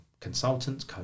consultants